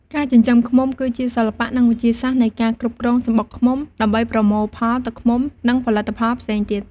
ការចិញ្ចឹមឃ្មុំ គឺជាសិល្បៈ និងវិទ្យាសាស្ត្រនៃការគ្រប់គ្រងសំបុកឃ្មុំ ដើម្បីប្រមូលផលទឹកឃ្មុំ និងផលិតផលផ្សេងទៀត។